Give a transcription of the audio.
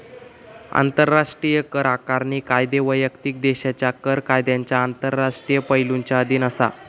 आंतराष्ट्रीय कर आकारणी कायदे वैयक्तिक देशाच्या कर कायद्यांच्या आंतरराष्ट्रीय पैलुंच्या अधीन असा